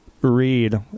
read